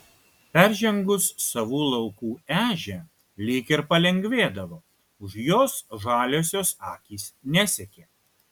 peržengus savų laukų ežią lyg ir palengvėdavo už jos žaliosios akys nesekė